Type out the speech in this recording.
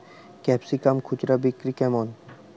Capsicum খুচরা বিক্রি কেমন?